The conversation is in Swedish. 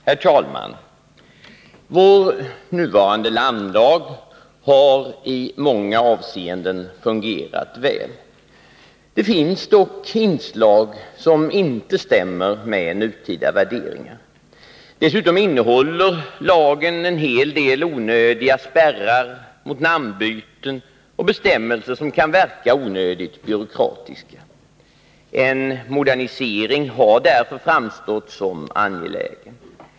Herr talman! Vår nuvarande namnlag har i många avseenden fungerat väl. Det finns dock inslag som inte stämmer med nutida värderingar. Dessutom innehåller lagen en hel del onödiga spärrar mot namnbyten och bestämmelser som kan verka onödigt byråkratiska. En modernisering har därför framstått som angelägen.